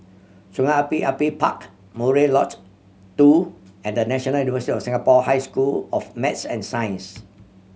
Sungei Api Api Park Murai Lodge Two and National University of Singapore High School of Math and Science